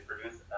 produce